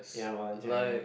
ya volunteering